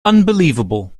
unbelievable